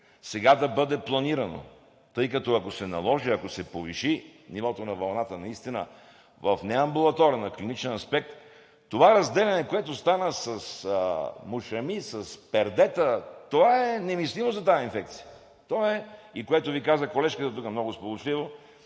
сега да бъде планирано, тъй като, ако се наложи, ако се повиши нивото на вълната наистина в неамбулаторен, а в клиничен аспект, това разделяне, което стана с мушами, с пердета, това е немислимо за тази инфекция. То е и това, което Ви каза колежката тук много сполучливо,